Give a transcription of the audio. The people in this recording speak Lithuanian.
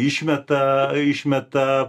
išmeta išmeta